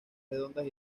redondas